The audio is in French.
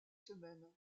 semaines